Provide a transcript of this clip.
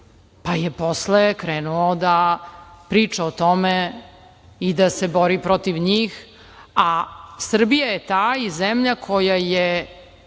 pa je posle krenuo da priča o tome i da se bori protiv njih. Srbija je ta i zemlja koja je